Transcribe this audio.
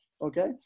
okay